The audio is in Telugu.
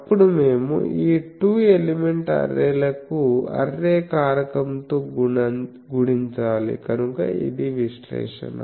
అప్పుడు మేము ఈ 2 ఎలిమెంట్ అర్రే లకు అర్రే కారకంతో గుణించాలి కనుక ఇది విశ్లేషణ